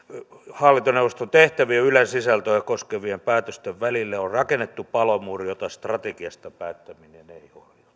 hallintoneuvoston tehtävien ja ylen sisältöjä koskevien päätösten välille on rakennettu palomuuri jota strategiasta päättäminen ei